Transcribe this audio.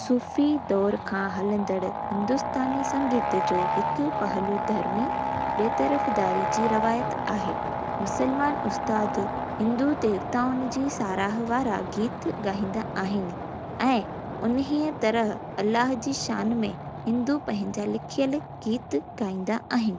सूफ़ी दौर खां हलंदड़ु हिंदुस्तानी संगीत जो हिकु पहलू धर्मी बेतरफ़दारी जी रवायत आहे मुस्लमान उस्ताद हिंदू देवताउनि जी साराह वारा गीत ॻाहींदा आहिनि ऐं उन्हीअ तरह अल्लाह जी शान में हिंदू पंहिंजा लिखियल गीत ॻाईंदा आहिनि